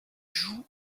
joue